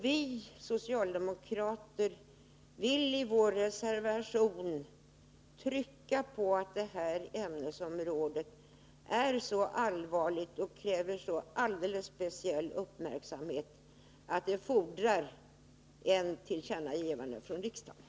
Vi socialdemokrater vill i vår reservation trycka på att detta ämnesområde är så allvarligt och kräver så alldeles speciell uppmärksamhet att det fordrar ett tillkännagivande från riksdagen.